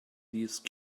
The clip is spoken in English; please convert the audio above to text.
these